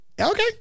Okay